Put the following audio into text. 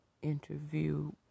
interview